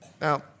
Now